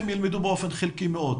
או שהם ילמדו באופן חלקי מאוד.